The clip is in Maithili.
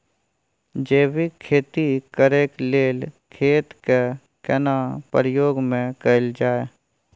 जैविक खेती करेक लैल खेत के केना प्रयोग में कैल जाय?